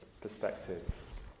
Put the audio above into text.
perspectives